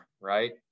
right